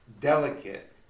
delicate